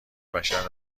بشر